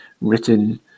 written